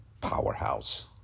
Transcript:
Powerhouse